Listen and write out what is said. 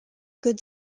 good